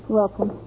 welcome